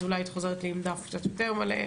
אולי היית חוזרת אלינו עם דף קצת יותר מלא.